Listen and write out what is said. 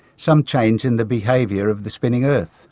some change in the behaviour of the spinning earth.